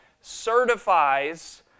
certifies